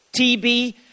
TB